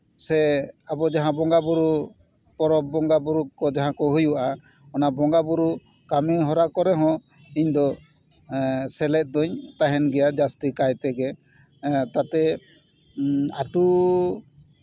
ᱥᱮ ᱟᱵᱚ ᱡᱟᱦᱟᱸ ᱵᱚᱸᱜᱟ ᱵᱩᱨᱩ ᱯᱚᱨᱚᱵᱽ ᱵᱚᱸᱜᱟᱼᱵᱩᱨᱩ ᱠᱚ ᱡᱟᱦᱟᱸ ᱠᱚ ᱦᱩᱭᱩᱜᱼᱟ ᱚᱱᱟ ᱵᱚᱸᱜᱟᱼᱵᱩᱨᱩ ᱠᱟᱹᱢᱤ ᱦᱚᱨᱟ ᱠᱚᱨᱮᱜ ᱦᱚᱸ ᱤᱧ ᱫᱚ ᱥᱮᱞᱮᱫ ᱫᱩᱧ ᱛᱟᱦᱮᱱ ᱜᱮᱭᱟ ᱡᱟᱹᱥᱛᱤ ᱠᱟᱭ ᱛᱮᱜᱮ ᱛᱟᱛᱮ ᱟᱹᱛᱩ